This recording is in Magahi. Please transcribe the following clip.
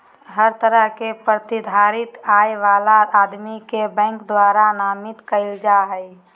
हर तरह के प्रतिधारित आय वाला आदमी के बैंक द्वारा नामित कईल जा हइ